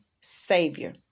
savior